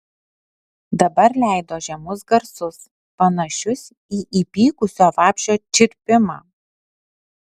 dabar leido žemus garsus panašius į įpykusio vabzdžio čirpimą